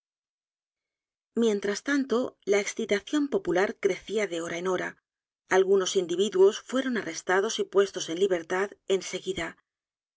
mientras tanto la excitación popular crecía de hora en hora algunos individuos fueron arrestados y puestos en libertad